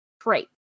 trait